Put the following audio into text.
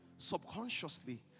Subconsciously